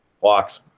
walks